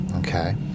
Okay